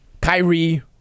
Kyrie